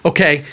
Okay